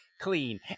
Clean